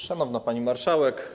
Szanowna Pani Marszałek!